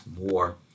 more